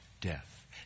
Death